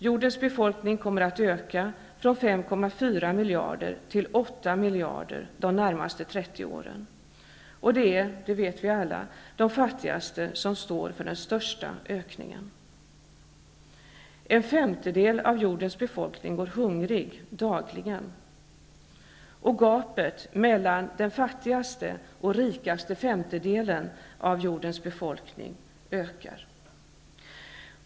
Jordens befolkning kommer att öka från 5,4 miljarder till 8 miljarder de närmaste 30 åren. Vi vet alla att det är de fattigaste som står för den största ökningen. En femtedel av jordens befolkning går hungriga dagligen. Gapet mellan den fattigaste och den rikaste femtedelen av jordens befolkning ökar.